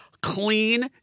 clean